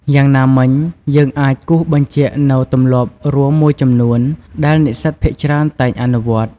យ៉ាងណាមិញ យើងអាចគូសបញ្ជាក់នូវទម្លាប់រួមមួយចំនួនដែលនិស្សិតភាគច្រើនតែងអនុវត្ត។